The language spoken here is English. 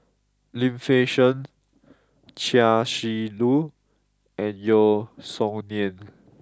Lim Fei Shen Chia Shi Lu and Yeo Song Nian